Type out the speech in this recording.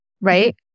right